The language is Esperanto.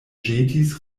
ĵetis